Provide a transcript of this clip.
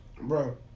Bro